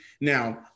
Now